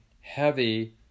heavy